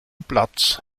platz